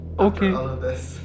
Okay